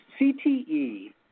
CTE